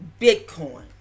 bitcoin